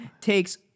takes